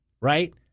right